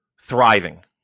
thriving